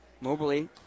Mobley